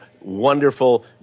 wonderful